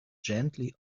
gently